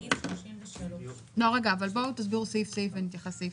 אני מציעה שתסבירו סעיף-סעיף.